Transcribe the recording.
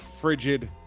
frigid